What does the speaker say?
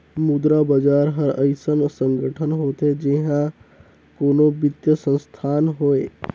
मुद्रा बजार हर अइसन संगठन होथे जिहां कोनो बित्तीय संस्थान होए